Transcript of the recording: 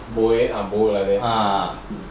buoy like boat like that